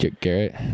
Garrett